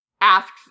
asks